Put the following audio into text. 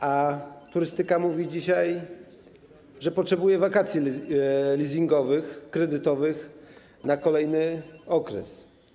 A turystyka mówi dzisiaj, że potrzebuje wakacji leasingowych, kredytowych na kolejny okres.